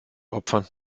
opfern